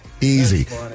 Easy